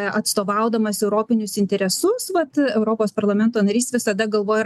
atstovaudamas europinius interesus vat europos parlamento narys visada galvoja ir apie